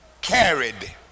carried